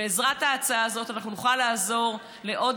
בעזרת ההצעה הזאת אנחנו נוכל לעזור לעוד